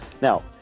Now